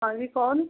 हाँ जी कौन